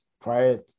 prior